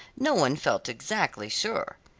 no one felt exactly sure.